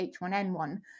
H1N1